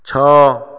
ଛଅ